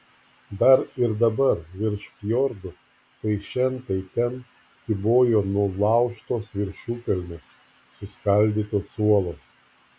dar ir dabar virš fjordų tai šen tai ten kybojo nulaužtos viršukalnės suskaldytos uolos